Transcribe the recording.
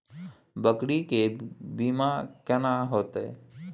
बकरी के बीमा केना होइते?